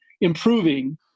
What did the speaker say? improving